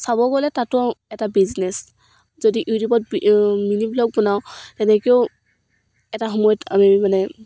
চাব গ'লে তাতো এটা বিজনেছ যদি ইউটিউবত মিনি ভ্লগ বনাওঁ তেনেকৈও এটা সময়ত আমি মানে